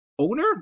owner